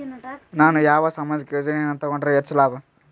ನಾನು ಯಾವ ಸಾಮಾಜಿಕ ಯೋಜನೆಯನ್ನು ತಗೊಂಡರ ಹೆಚ್ಚು ಲಾಭ?